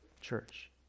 Church